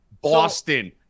Boston